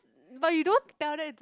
but you don't tell that is a